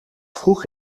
vroeg